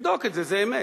תבדוק את זה, זה אמת.